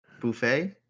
Buffet